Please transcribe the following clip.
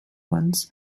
once